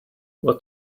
what